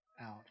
out